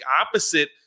opposite